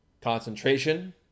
Concentration